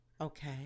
Okay